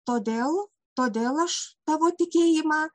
todėl todėl aš tavo tikėjimą